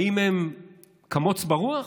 האם הם כמוץ ברוח?